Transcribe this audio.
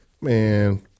man